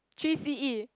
three c_e